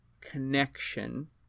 connection